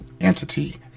entity